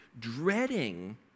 dreading